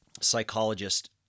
psychologist